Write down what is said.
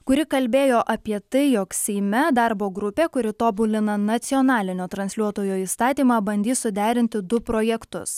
kuri kalbėjo apie tai jog seime darbo grupė kuri tobulina nacionalinio transliuotojo įstatymą bandys suderinti du projektus